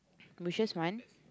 bushes one